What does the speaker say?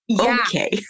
okay